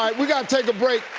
we gotta take a break.